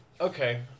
Okay